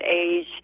age